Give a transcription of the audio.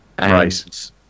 Right